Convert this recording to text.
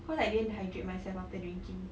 cause I didn't hydrate myself after drinking